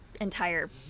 entire